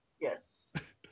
Yes